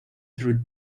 through